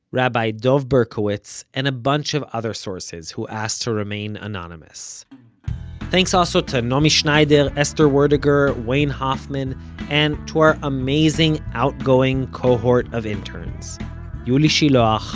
rabbi dov berkovits, and a bunch of other sources who asked to remain anonymous thanks also to naomi schneider, esther werdiger, wayne hoffman and to our amazing outgoing cohort of interns yuli shiloach,